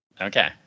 Okay